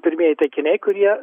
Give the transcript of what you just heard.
pirmieji taikiniai kurie